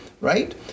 Right